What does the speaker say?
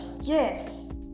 yes